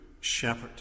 shepherd